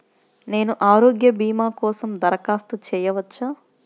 నేను ఆరోగ్య భీమా కోసం దరఖాస్తు చేయవచ్చా?